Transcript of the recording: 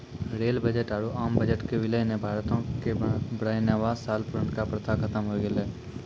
rail budget आरु आम budget के विलय ने भारतो के बेरानवे साल पुरानका प्रथा खत्म होय गेलै